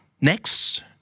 Next